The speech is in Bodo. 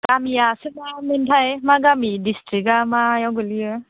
गामियासो मामोनथाय मा गामि दिस्ट्रिक्टा मायाव गोलैयो